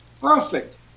perfect